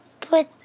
put